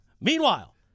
Meanwhile